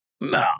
No